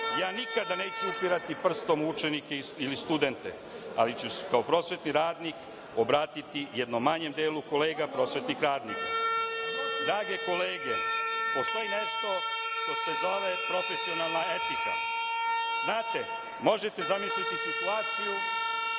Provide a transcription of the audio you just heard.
ja nikada neću upirati prstom u učenike ili studente, ali ću se kao prosvetni radnik obratiti jednom manjem delu kolega prosvetnih radnika. Drage kolege, postoji nešto što se zove profesionalna etika. Znate, možete zamisliti situaciju